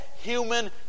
human